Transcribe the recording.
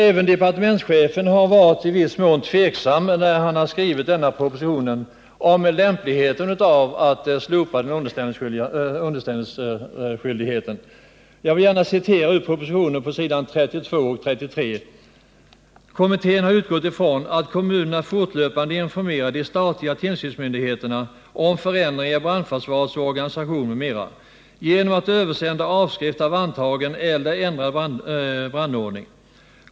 Även departementschefen har när han skrivit den här propositionen i viss mån varit tveksam om lämpligheten av att slopa underställningsskyldigheten. Jag vill gärna citera ur propositionen på s. 32 och 33: ”Kommittén har utgått från att kommunerna fortlöpande informerar de statliga tillsynsmyndigheterna om förändringar i brandförsvarets organisation m.m. genom att översända avskrift av antagen eller ändrad brandordning.